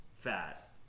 fat